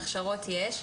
הכשרות יש,